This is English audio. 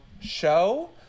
show